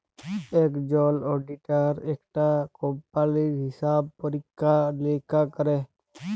একজল অডিটার একটা কম্পালির হিসাব পরীক্ষা লিরীক্ষা ক্যরে